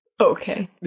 Okay